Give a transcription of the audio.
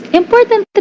important